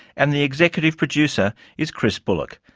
and the executive producer is chris bullock.